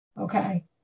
Okay